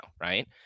right